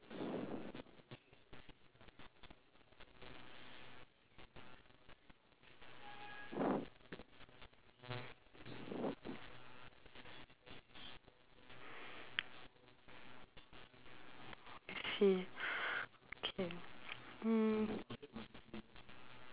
I see okay mm